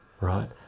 right